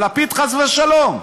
על לפיד, חס ושלום.